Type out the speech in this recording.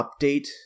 update